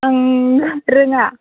आं रोङा